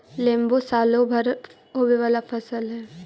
लेम्बो सालो भर होवे वाला फसल हइ